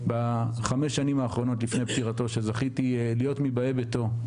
בחמש השנים האחרונות לפני פטירתו זכיתי להיות מבאי ביתו,